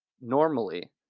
Normally